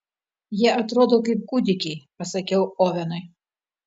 jie atrodo kaip kūdikiai pasakiau ovenui